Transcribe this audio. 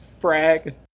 Frag